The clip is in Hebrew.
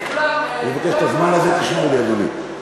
ידידי, אני מבקש, את הזמן הזה תשמור לי, אדוני.